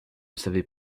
savait